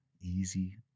easy